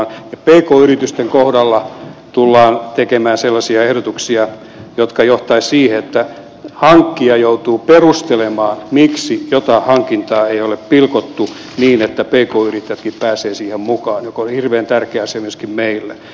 pk yritysten kohdalla tullaan tekemään sellaisia ehdotuksia jotka johtaisivat siihen että hankkija joutuu perustelemaan miksi jotain hankintaa ei ole pilkottu niin että pk yrittäjätkin pääsevät siihen mukaan mikä on hirveän tärkeä asia myöskin meille